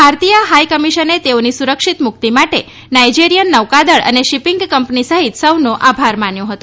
ભારતીય હાઈ કમિશને તેઓની સુરક્ષિત મુક્તિ માટે નાઈજેરીયન નૌકાદળ અને શિપિંગ કંપની સહિત સૌનો આભાર માન્યો હતો